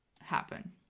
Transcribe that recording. happen